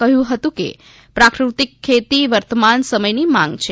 કહ્યું હતું કે પ્રાકૃતિક ખેતી વર્તમાન સમયની માંગ છે